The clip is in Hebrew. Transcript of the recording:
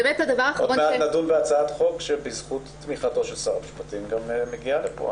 עוד מעט נדון בהצעת חוק שבזכות תמיכתו של שר המשפטים מגיעה לפה,